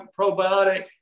Probiotic